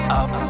up